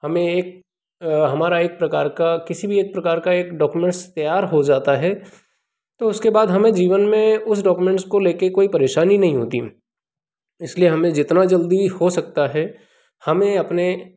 हमें एक हमारा एक प्रकार का किसी भी एक प्रकार का डॉक्युमेंट्स तैयार हो जाता है तो उसके बाद हमें जीवन में उस डॉक्युमेंट्स को लेके कोई परेशानी नहीं होती इसलिए हमें जितना जल्दी हो सकता है हमें अपने